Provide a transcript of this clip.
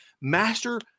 master